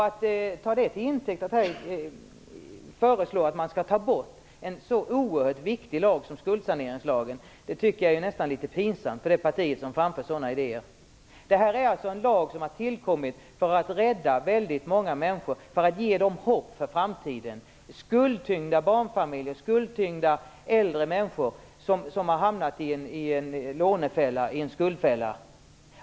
Att ta det som intäkt för att föreslå att man skall ta bort en så oerhört viktig lag som skuldsaneringslagen, tycker jag nästan är litet pinsamt för det parti som framför sådana idéer. Den här lagen har tillkommit för att rädda väldigt många människor och ge dem hopp inför framtiden. Det handlar om barnfamiljer och äldre människor som har hamnat i en skuldfälla.